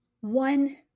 one